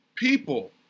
People